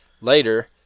Later